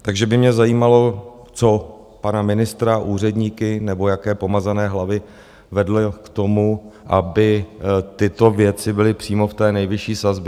Takže by mě zajímalo, co pana ministra, úředníky nebo jaké pomazané hlavy vedlo k tomu, aby tyto věci byly přímo v té nejvyšší sazbě.